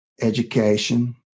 education